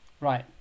Right